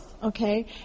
Okay